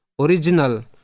Original